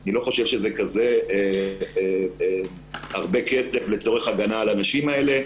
ואני לא חושב שזה הרבה כסף לצורך הגנה על הנשים האלה.